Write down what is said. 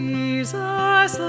Jesus